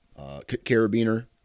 carabiner